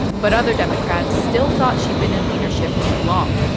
but other democrats still thought she'd been in leadership too long,